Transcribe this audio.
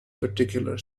particular